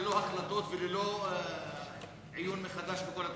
ללא החלטות וללא עיון מחדש בכל התוכנית?